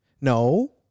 No